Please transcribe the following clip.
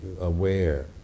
aware